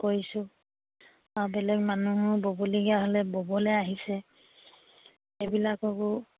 কৰিছোঁ আৰু বেলেগ মানুহৰ ব'বলগীয়া হ'লে ব'বলৈ আহিছে এইবিলাকো